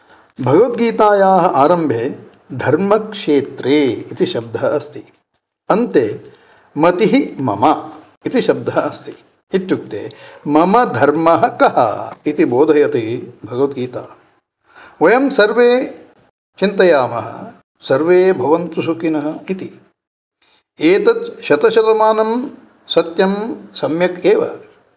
भगवद्गीतायाः आरम्भे धर्मक्षेत्रे इति शब्दः अस्ति अन्ते मतिः मम इति शब्दः अस्ति इत्युक्ते मम धर्मः कः इति बोधयति भगवद्गीता वयं सर्वे चिन्तयामः सर्वे भवन्तु सुखिनः इति एतत् शतशतमानं सत्यं सम्यक् एव